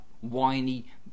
whiny